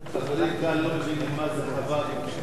אדוני, כאן לא מבינים מה זה חוות בודדים.